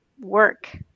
Work